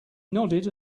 nodded